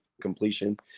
completion